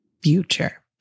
future